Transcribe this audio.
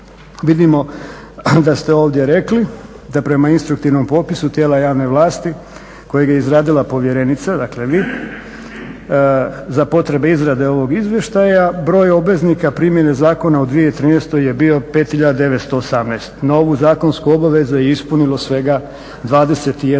Vidimo da ste ovdje rekli da prema instruktivnom popisu tijela javne vlasti kojeg je izradila povjerenica dakle vi, za potrebe izrade ovog izvještaja broj obveznika primjene zakona u 2013.je bio 5.918 no ovu zakonsku obavezu je ispunilo svega 21%